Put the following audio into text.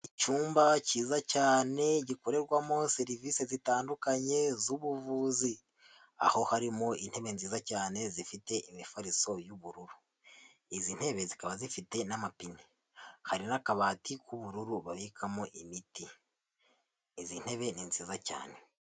Icyumba cyiza cyane gikorerwamo serivisi zitandukanye z'ubuvuzi, aho harimo intebe nziza cyane zifite imifariso y'ubururu. Izi ntebe zikaba zifite n'amapine, hari n'akabati k'ubururu babikamo imiti, izi ntebe ni nziza cyane.